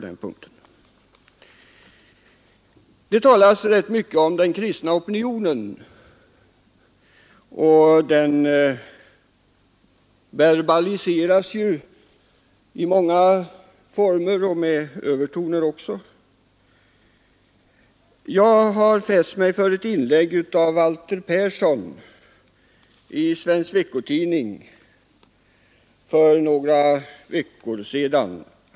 Det talas rätt mycket om den kristna opinionen, och den har verbaliserats i många former, ibland med övertoner. Jag har fäst mig vid ett inlägg av Walter Persson i Svensk Veckotidning för några veckor sedan.